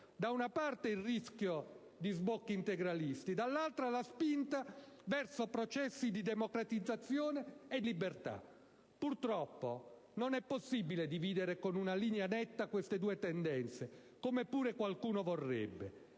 da una parte il rischio di sbocchi integralisti, dall'altra la spinta verso processi di democratizzazione e di libertà. Purtroppo non è possibile dividere con una linea netta queste due tendenze, come pure qualcuno vorrebbe.